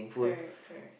correct correct